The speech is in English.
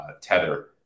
Tether